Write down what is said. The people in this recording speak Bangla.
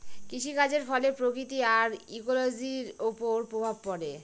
কৃষিকাজের ফলে প্রকৃতি আর ইকোলোজির ওপর প্রভাব পড়ে